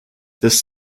this